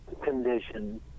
condition